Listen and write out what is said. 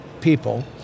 people